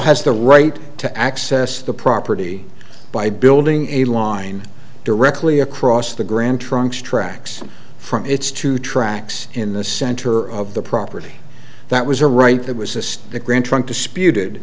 has the right to access the property by building a line directly across the grand trunks tracks from its two tracks in the center of the property that was a right that was a state grand trunk disputed